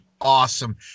Awesome